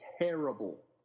terrible